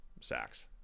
sacks